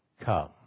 come